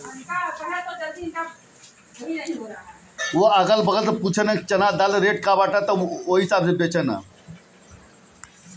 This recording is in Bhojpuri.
चना के दाल चना के दर के बनेला